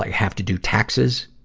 have to do taxes.